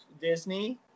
Disney